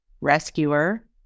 Rescuer